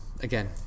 again